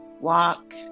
Walk